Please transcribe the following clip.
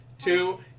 Two